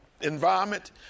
environment